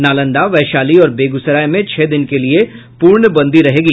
नालंदा वैशाली और बेगूसराय में छह दिन के लिये पूर्णबंदी रहेगी